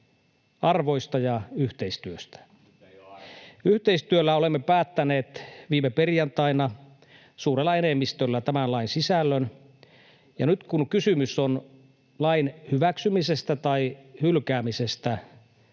arvoja!] Yhteistyöllä olemme päättäneet viime perjantaina suurella enemmistöllä tämän lain sisällön. Ja nyt, kun kysymys on lain hyväksymisestä tai hylkäämisestä,